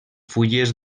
fulles